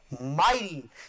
mighty